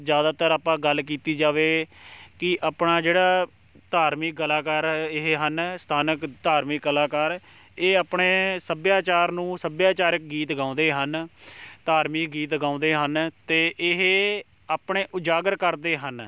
ਜ਼ਿਆਦਾਤਰ ਆਪਾਂ ਗੱਲ ਕੀਤੀ ਜਾਵੇ ਕਿ ਆਪਣਾ ਜਿਹੜਾ ਧਾਰਮਿਕ ਕਲਾਕਾਰ ਇਹ ਹਨ ਸਥਾਨਕ ਧਾਰਮਿਕ ਕਲਾਕਾਰ ਇਹ ਆਪਣੇ ਸੱਭਿਆਚਾਰ ਨੂੰ ਸੱਭਿਆਚਾਰਿਕ ਗੀਤ ਗਾਉਂਦੇ ਹਨ ਧਾਰਮਿਕ ਗੀਤ ਗਾਉਂਦੇ ਹਨ ਅਤੇ ਇਹ ਆਪਣੇ ਉਜਾਗਰ ਕਰਦੇ ਹਨ